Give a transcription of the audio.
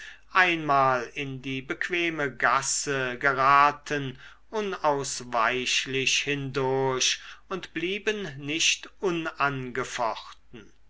einmal in die bequeme gasse geraten unausweichlich hindurch und blieben nicht unangefochten